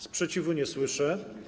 Sprzeciwu nie słyszę.